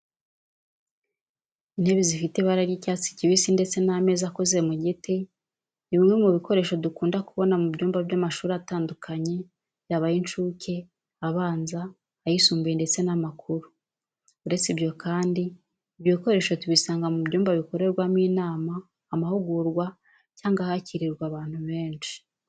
Intebe zifite ibara ry'icyatsi kibisi ndetse n'ameza akoze mu giti ni bimwe mu bikoresho dukunda kubona mu byumba by'amashuri tandukanye yaba ay'incuke, abanza, ayisumbuye ndetse n'amakuru. Uretse ibyo kandi, ibyo bikoresho tubisanga mu byumba bikorerwamo inama, amahugurwa cyangwa ahakiririrwa abantu benshi.